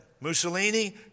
Mussolini